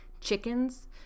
chickens